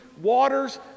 waters